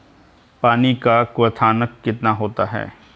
पानी का क्वथनांक कितना होता है?